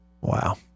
Wow